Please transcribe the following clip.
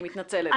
אני מתנצלת.